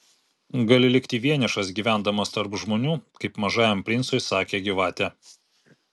gali likti vienišas gyvendamas tarp žmonių kaip mažajam princui sakė gyvatė